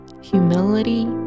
humility